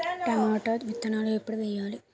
Tomato విత్తనాలు ఎప్పుడు వెయ్యాలి?